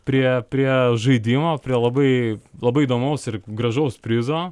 prie prie žaidimo prie labai labai įdomaus ir gražaus prizo